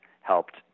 helped